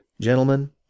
Gentlemen